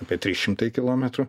apie tris šimtai kilometrų